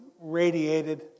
radiated